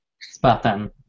Spartan